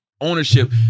ownership